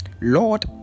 Lord